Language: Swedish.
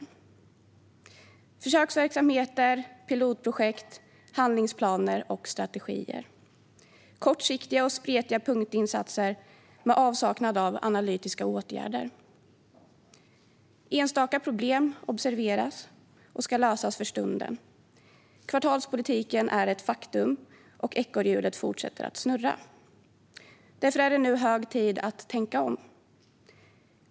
Det var varit försöksverksamheter, pilotprojekt, handlingsplaner och strategier - kortsiktiga och spretiga punktinsatser med avsaknad av analytiska åtgärder. Enstaka problem observeras och ska lösas för stunden. Kvartalspolitiken är ett faktum, och ekorrhjulet fortsätter att snurra. Därför är det nu hög tid att tänka om.